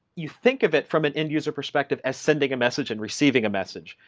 you think of it from an end-user perspective as sending a message and receiving a message.